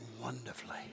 wonderfully